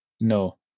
No